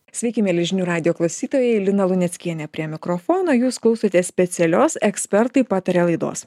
sveiki mieli žinių radijo klausytojai lina luneckienė prie mikrofono jūs klausotės specialios ekspertai pataria laidos